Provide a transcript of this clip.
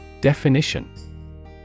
DEFINITION